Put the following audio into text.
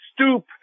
stoop